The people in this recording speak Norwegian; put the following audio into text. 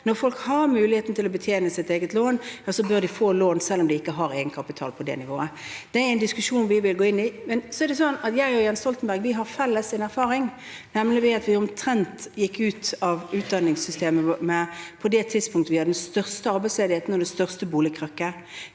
Når folk har muligheten til å betjene sitt eget lån, bør de få lån selv om de ikke har egenkapital på det nivået. Det er en diskusjon vi vil gå inn i. Så er det sånn at jeg og Jens Stoltenberg har en erfaring felles, nemlig at vi begge gikk ut av utdanningssystemet omtrent på det tidspunkt da vi hadde den største arbeidsledigheten og det største boligkrakket.